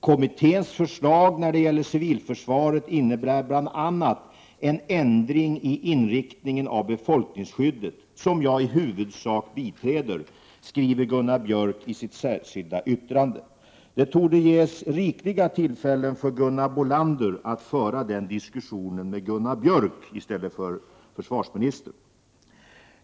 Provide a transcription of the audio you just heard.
”Kommitténs förslag när det gäller civilförsvaret innebär bl.a. en ändring i inriktningen av befolkningsskyddet som jag i huvudsak biträder”, skriver Gunnar Björk i sin reservation. Det torde ges rikliga tillfällen för Gunhild Bolander att föra den diskussionen med Gunnar Björk i stället för med försvarsministern.